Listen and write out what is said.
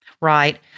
Right